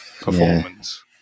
performance